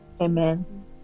Amen